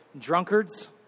drunkards